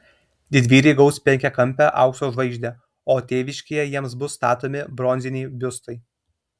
didvyriai gaus penkiakampę aukso žvaigždę o tėviškėje jiems bus statomi bronziniai biustai